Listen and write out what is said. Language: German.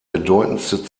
bedeutendste